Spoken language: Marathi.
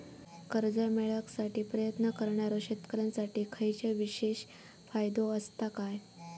कर्जा मेळाकसाठी प्रयत्न करणारो शेतकऱ्यांसाठी खयच्या विशेष फायदो असात काय?